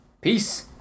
Peace